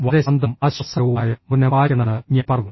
വളരെ ശാന്തവും ആശ്വാസകരവുമായ മൌനം പാലിക്കണമെന്ന് ഞാൻ പറഞ്ഞു